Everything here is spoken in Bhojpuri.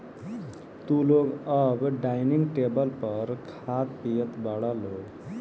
तू लोग अब डाइनिंग टेबल पर खात पियत बारा लोग